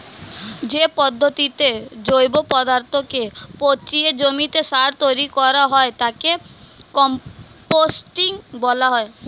যে পদ্ধতিতে জৈব পদার্থকে পচিয়ে জমিতে সার তৈরি করা হয় তাকে কম্পোস্টিং বলা হয়